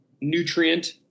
nutrient